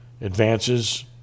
advances